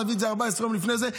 תביא את זה 14 יום לפני זה,